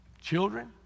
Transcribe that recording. Children